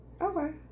Okay